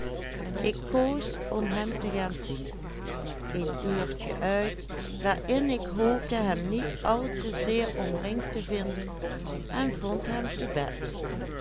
hoopte hem niet al te zeer omringd te vinden en vond hem te bed